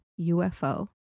UFO